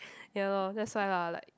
ya loh that's why lah like